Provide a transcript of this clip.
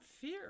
fear